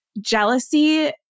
Jealousy